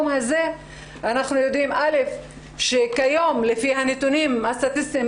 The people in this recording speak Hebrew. אנחנו יודעים שכיום על פי הנתונים הסטטיסטיים